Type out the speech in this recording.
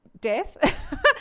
death